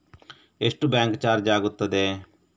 ಎಷ್ಟು bank charge ಆಗುತ್ತದೆ?